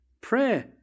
Prayer